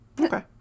Okay